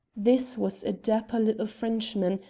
this was a dapper little frenchman,